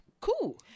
cool